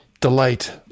delight